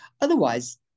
Otherwise